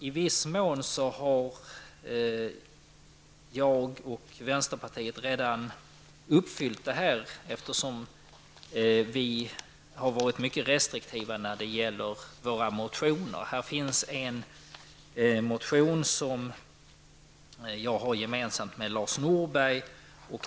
I viss mån har jag och vänsterpartiet redan uppfyllt det här eftersom vi har varit mycket restriktiva när det gäller våra motioner. Det finns en motion som jag har gemensam med Lars Norberg.